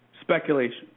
Speculation